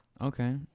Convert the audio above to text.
Okay